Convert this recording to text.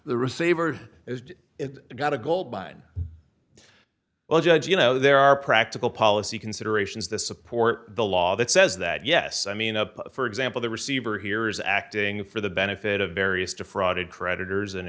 the receiver is got a gold mine well judge you know there are practical policy considerations the support the law that says that yes i mean up for example the receiver here is acting for the benefit of various to fraud creditors and